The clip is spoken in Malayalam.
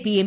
P M